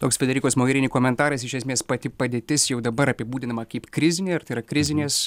toks frederikos mogerini komentaras iš esmės pati padėtis jau dabar apibūdinama kaip krizinė ir tai yra krizinės